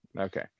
Okay